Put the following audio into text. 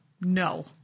no